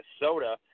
Minnesota